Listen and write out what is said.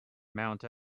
mount